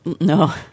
No